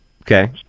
Okay